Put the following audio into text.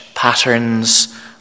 patterns